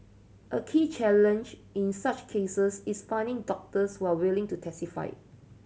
a key challenge in such cases is finding doctors who are willing to testify